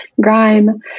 grime